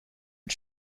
und